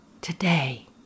Today